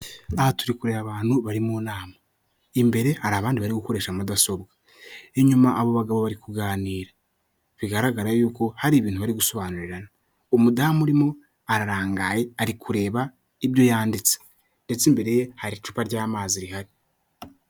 Aha turi kureba abantu bari mu nama imbere hari abandi bari gukoresha, mudasobwa inyuma abo bagabo bari kuganira, bigaragara yuko hari ibintu bari gusobanurirana umudamu urimo ararangaye ari kureba ibyo yanditse ndetse imbere ye hari icupa ry'amazi rihari.